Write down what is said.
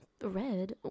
Red